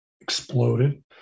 exploded